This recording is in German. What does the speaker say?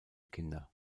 kinder